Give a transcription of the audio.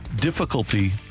difficulty